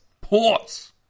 Ports